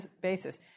basis